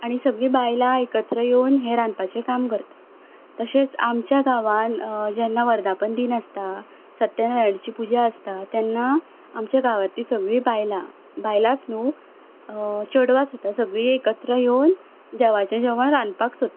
आनी सगळीं बायलां एकत्र येवन हें रांदपाचें काम करता तशेंच आमच्या गांवान जेन्ना वर्धापन दीन आसता सत्यानारायणाची पुजा आसता तेन्ना आमच्या गांवांतलीं सगळीं बायलां बायलांच न्हय चेडवां सुद्दां सगळीं एकत्र येवून देवाचें जेवण रांदपाक सोदता